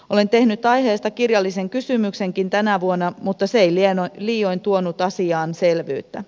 olen tehnyt aiheesta kirjallisen kysymyksenkin tänä vuonna mutta se ei liioin tuonut asiaan selvyyttä